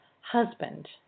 husband